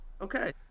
Okay